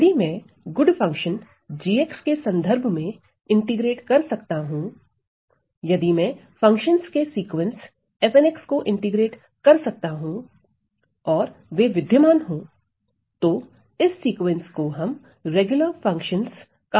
यदि मैं good function g के संदर्भ में इंटीग्रेट कर सकता हूं यदि मैं फंक्शंस के सीक्वेंस को इंटीग्रेट कर सकता हूं और वे विद्यमान हो तो इस सीक्वेंस को हम रेगुलर फंक्शनस का सीक्वेंस कहते हैं